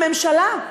הממשלה,